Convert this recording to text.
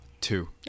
two